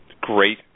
Great